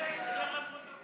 כן.